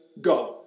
go